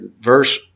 verse